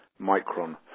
micron